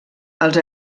els